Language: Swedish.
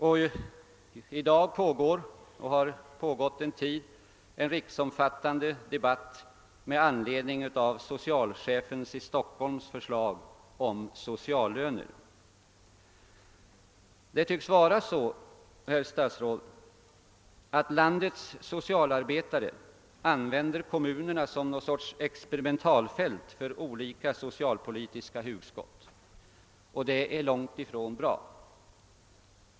En riksomfattande debatt pågår för närvarande med anledning av socialchefens i Stockholm förslag om sociallöner. Det tycks vara så, herr statsråd, att landets socialarbetare använder kommunerna som experimentalfält för olika socialpolitiska hugskott, och det är långt ifrån bra.